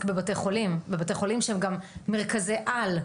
בבתי חולים בתי חולים שהם גם מרכזי על.